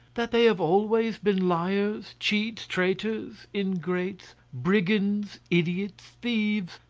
that they have always been liars, cheats, traitors, ingrates, brigands, idiots, thieves,